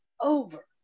over